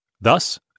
Thus